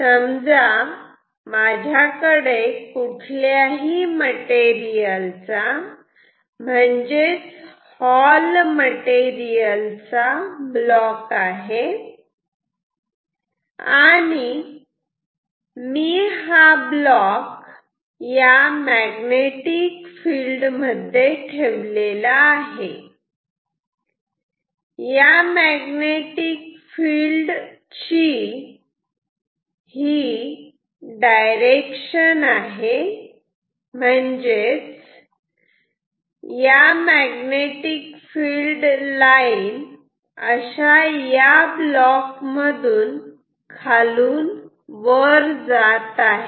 समजा माझ्याकडे कुठल्याही मटेरियलचा म्हणजेच हॉल मटेरियलचा ब्लॉक आहे आणि मी हा ब्लॉक मॅग्नेटिक फिल्ड मध्ये ठेवलेला आहे आणि या मॅग्नेटिक फिल्ड मॅग्नेटिक फिल्ड ची ही डायरेक्शन आहे म्हणजेच या मॅग्नेटिक फिल्ड लाईन अशा या ब्लॉक मधून खालून वर जात आहेत